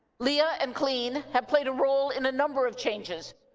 leah and clean have played a role in a number of changes,